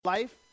Life